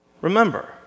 remember